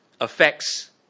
affects